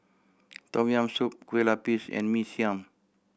Tom Yam Soup Kueh Lapis and Mee Siam